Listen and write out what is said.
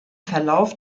verlauf